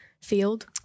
field